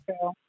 true